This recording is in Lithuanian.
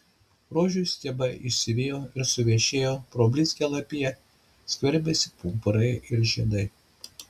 rožių stiebai išsivijo ir suvešėjo pro blizgią lapiją skverbėsi pumpurai ir žiedai